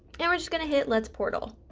and we're just goin to hit let's portal